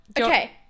Okay